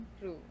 true